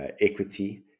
equity